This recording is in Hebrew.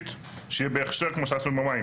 שהיא בהכשר כמו שעשו עם המים.